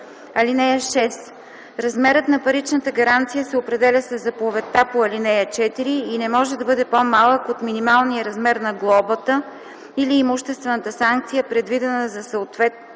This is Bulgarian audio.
(6) Размерът на паричната гаранция се определя със заповедта по ал. 4 и не може да бъде по-малък от минималния размер на глобата или имуществената санкция, предвидена за съответното